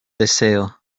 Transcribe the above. deseo